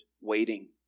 waiting